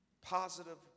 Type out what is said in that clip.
positive